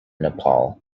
nepal